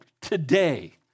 today